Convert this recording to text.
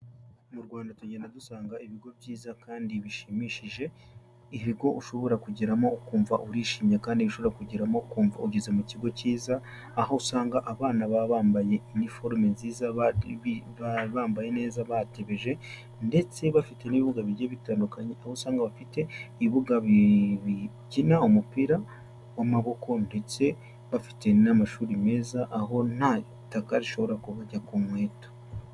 Mu Rwanda, tugenda dusanga ibigo byiza kandi bishimishije ibigo ushobora kugeramo ukumva urishimye, kandi ushobora kugeramo ukumva ugeze mu kigo cyiza, aho usanga abana baba bambaye iniforume nziza, bambaye neza, batebeje, ndetse bafite n’ibibuga bitandukanye, aho usanga bakinira umupira w’amaboko. Bafite kandi amashuri meza, aho nta taka rishobora kubajya ku nkweto.